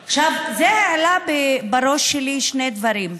עכשיו, זה העלה בראש שלי שני דברים: